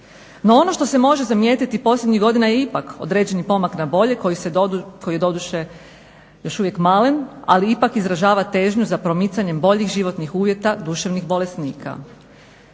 No, ono što se može zamijetiti posljednjih godina je ipak određeni pomak na bolje koji je doduše još uvijek malen, ali ipak izražava težnju za pomicanjem boljih životnih uvjeta duševnih bolesnika.